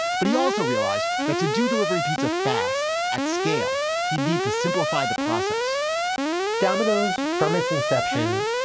but he also realized that to do delivery pizza fast at scale, he'd need to simplify the process domino's, from its inception,